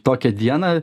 tokią dieną